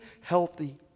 healthy